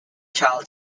child